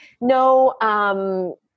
No